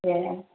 ए